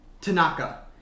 Tanaka